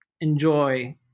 enjoy